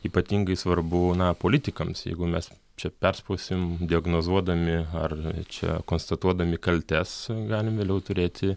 ypatingai svarbu na politikams jeigu mes čia perspausim diagnozuodami ar čia konstatuodami kaltes galim vėliau turėti